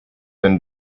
been